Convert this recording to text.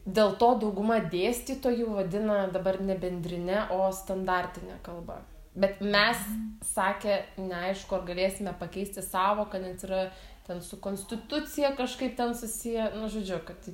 dėl to dauguma dėstytojų vadina dabar ne bendrine o standartine kalba bet mes sakė neaišku ar galėsime pakeisti sąvoką nec yra ten su konstitucija kažkaip ten susiję nu žodžiu kad